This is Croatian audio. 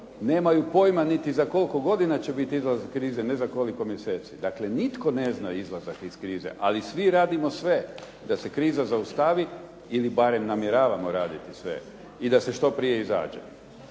Nemaj pojma niti za koliko godina će biti izlazak iz krize, ne za koliko mjeseci. Dakle, nitko ne zna izlazak iz krize, ali svi radimo sve da se kriza zaustavi ili barem namjeravamo raditi sve i da se što prije izađe.